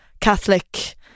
Catholic